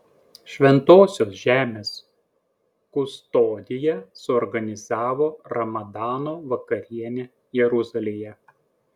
šventosios žemės kustodija suorganizavo ramadano vakarienę jeruzalėje